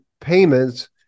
payments –